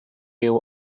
view